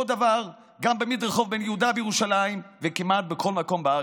אותו הדבר גם במדרחוב בן-יהודה בירושלים וכמעט בכל מקום בארץ.